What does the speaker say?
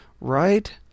right